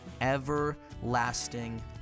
everlasting